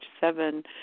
seven